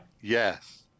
Yes